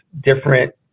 different